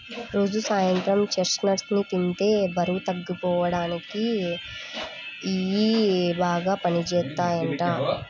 రోజూ సాయంత్రం చెస్ట్నట్స్ ని తింటే బరువు తగ్గిపోడానికి ఇయ్యి బాగా పనిజేత్తయ్యంట